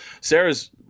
Sarah's